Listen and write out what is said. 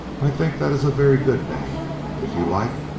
i think that is a very good name. if you like,